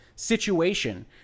situation